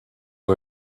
who